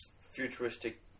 futuristic